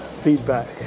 feedback